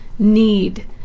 Need